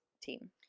team